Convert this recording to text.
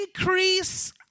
increase